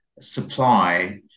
supply